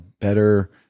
better